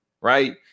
right